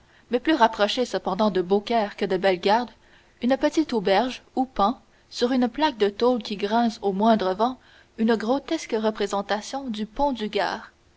mais plus rapprochée cependant de beaucaire que de bellegarde une petite auberge où pend sur une plaque de tôle qui grince au moindre vent une grotesque représentation du pont du gard